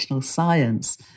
science